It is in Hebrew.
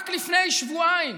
רק לפני שבועיים